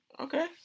Okay